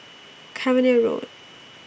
Cavenagh Road